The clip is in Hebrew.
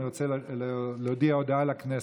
אני רוצה להודיע הודעה לכנסת,